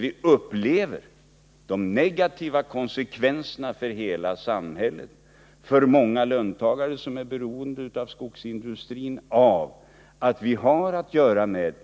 Vi upplever de negativa konsekvenserna, för hela samhället och för många löntagare som är beroende av skogsindustrin, av att vi har att göra med